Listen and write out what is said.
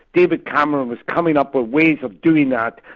david cameron was coming up with ways of doing that.